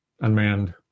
unmanned